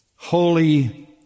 holy